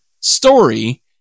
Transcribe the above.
story